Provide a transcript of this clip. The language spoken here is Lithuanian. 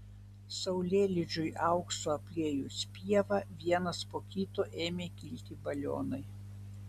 saulėlydžiui auksu apliejus pievą vienas po kito ėmė kilti balionai